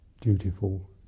dutiful